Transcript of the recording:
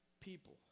people